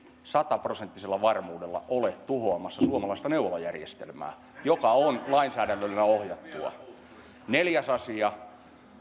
sataprosenttisella varmuudella ole tuhoamassa suomalaista neuvolajärjestelmää joka on lainsäädännöllä ohjattua neljäs asia